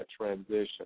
transition